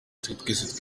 twese